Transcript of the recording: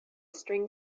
string